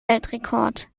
weltrekord